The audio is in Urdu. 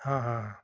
ہاں ہاں ہاں